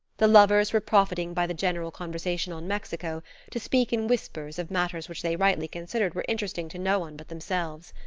the lovers were profiting by the general conversation on mexico to speak in whispers of matters which they rightly considered were interesting to no one but themselves.